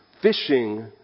Fishing